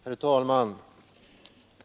Herr talman!